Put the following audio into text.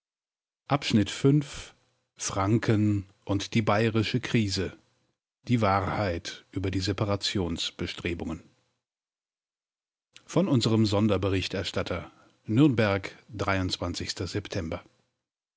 franken und die bayerische krise die wahrheit über die separationsbestrebungen von unserem sonderberichterstatter nürnberg